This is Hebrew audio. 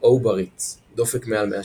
או עוברית דופק מעל 160.